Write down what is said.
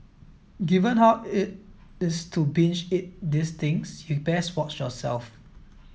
given how easy it's to binge eat these things you best watch yourself